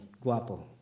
guapo